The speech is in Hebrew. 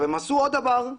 הם עשו עוד דבר.